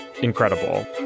incredible